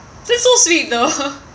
that's so sweet though